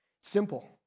simple